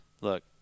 Look